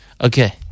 Okay